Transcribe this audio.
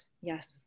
yes